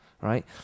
right